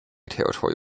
territory